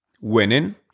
winning